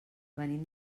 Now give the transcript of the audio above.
venim